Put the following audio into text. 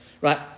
right